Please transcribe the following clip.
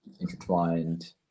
intertwined